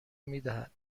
میدهد